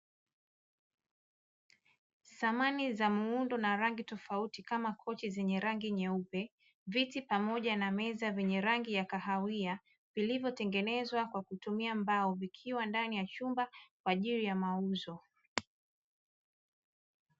Samani za muundo na rangi tofauti kama kochi zenye rangi nyeupe, viti pamoja na meza zenye rangi ya kahawia, vilivyotengenezwa kwa kutumia mbao vikiwa ndani ya chumba kwa ajili ya mauzo.